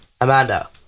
Amanda